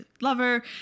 lover